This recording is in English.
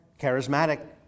charismatic